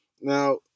Now